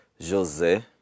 José